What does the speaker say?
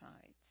sides